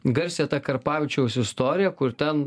garsiąją tą karpavičiaus istoriją kur ten